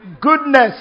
Goodness